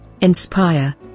inspire